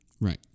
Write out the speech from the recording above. right